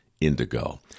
indigo